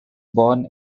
born